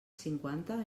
cinquanta